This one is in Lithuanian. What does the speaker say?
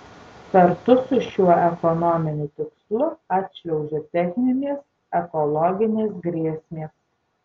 kartu su šiuo ekonominiu tikslu atšliaužia techninės ekologinės grėsmės